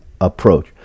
approach